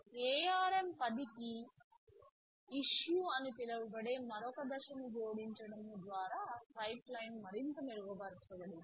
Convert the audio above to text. ARM 10 కి issue అని పిలువబడే మరొక దశను జోడించడం ద్వారా పైప్లైన్ మరింత మెరుగుపరచబడింది